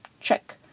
Check